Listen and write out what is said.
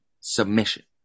submission